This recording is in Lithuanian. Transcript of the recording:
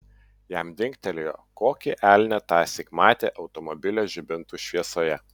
jam dingtelėjo kokį elnią tąsyk matė automobilio žibintų šviesoje